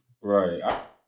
Right